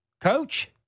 coach